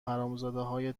حرامزادههای